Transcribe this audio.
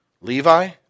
Levi